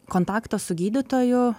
kontakto su gydytoju